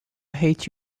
hate